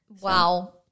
wow